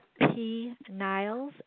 pniles